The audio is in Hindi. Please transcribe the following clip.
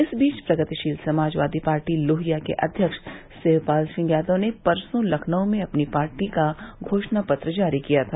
इस बीच प्रगतिशील समाजवादी पार्टी लोहिया के अध्यक्ष शिवपाल सिंह यादव ने परसों लखनऊ में अपनी पार्टी का घोषणा पत्र जारी किया था